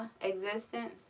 existence